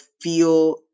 feel